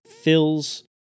fills